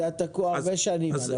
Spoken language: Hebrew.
זה היה תקוע הרבה שנים.